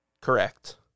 Correct